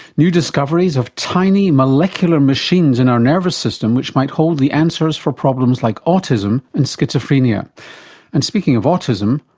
new discoveries of tiny molecular machines in our nervous system which might hold the answers for problems like autism and schizophrenia and speaking of autism,